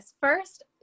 First